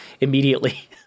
immediately